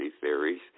theories